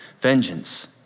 Vengeance